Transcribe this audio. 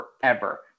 forever